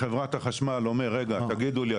חברת החשמל אומרת תגידו לי,